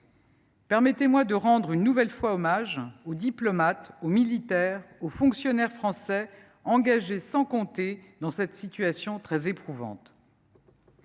Permettez moi de rendre une nouvelle fois hommage aux diplomates, aux militaires, aux fonctionnaires français, engagés sans compter dans cette situation très éprouvante.